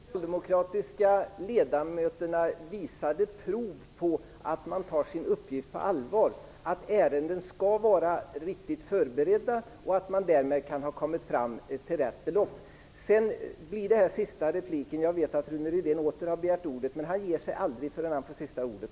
Herr talman! De socialdemokratiska ledamöterna visade prov på att de tar sin uppgift på allvar. Ärenden skall vara riktigt förberedda, och man skall därmed kunna komma fram till rätt belopp. Detta blir sista repliken. Jag vet att Rune Rydén åter har begärt ordet. Han ger sig aldrig förrän han får sista ordet.